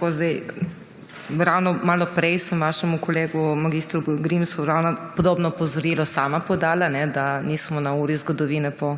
MAG. MEIRA HOT: Malo prej sem vašemu kolegu mag. Grimsu podobno opozorilo sama podala – da nismo na uri zgodovine po